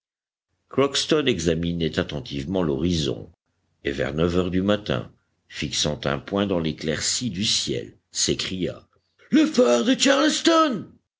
crockston examinait attentivement l'horizon et vers neuf heures du matin fixant un point dans l'éclaircie du ciel s'écria le phare de charleston